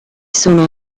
sono